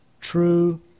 true